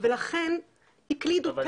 ולכן הקלידו 'טרם נרשם'.